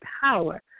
power